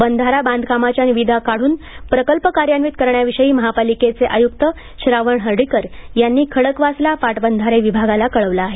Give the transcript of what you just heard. बंधारा बांधकामाच्या निविदा काढून प्रकल्प कार्यान्वित करण्याविषयी महापालिकेचे आयुक्त श्रावण हर्डीकर यांनी खडकवासला पाटबंधारे विभागाला कळवलं आहे